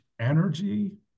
Energy